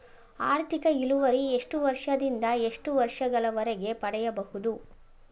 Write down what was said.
ಆರ್ಥಿಕ ಇಳುವರಿ ಎಷ್ಟು ವರ್ಷ ದಿಂದ ಎಷ್ಟು ವರ್ಷ ಗಳವರೆಗೆ ಪಡೆಯಬಹುದು?